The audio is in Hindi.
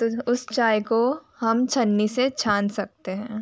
तो उस चाय को हम छन्नी से छान सकते हैं